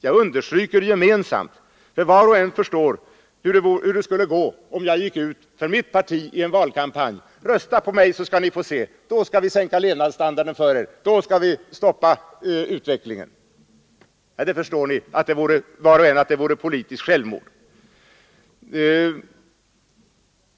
Jag understryker gemensamt. Var och en av oss förstår hur det skulle gå om jag gick ut för mitt parti i en valkampanj och sade: Rösta på mig, så skall vi sänka levnadsstandarden för er och stoppa utvecklingen! Var och en förstår att det vore politiskt självmord.